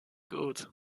gut